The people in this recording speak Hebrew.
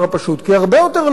כי הרבה יותר נוח,